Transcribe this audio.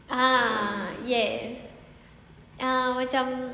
ah yes ah macam